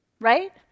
right